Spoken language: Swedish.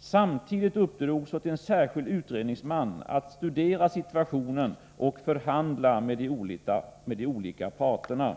Samtidigt uppdrogs åt en särskild utredningsman att studera situationen och förhandla med de olika parterna.